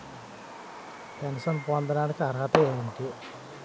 Pension పొందడానికి అర్హత ఏంటి?